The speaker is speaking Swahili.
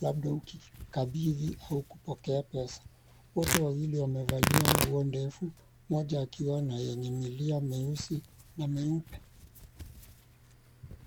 labda ukikabidhi au kupokea pesa. Wote wawili wamevalia nguo ndefu mmoja akiwa na yenye milia meusi na meupe.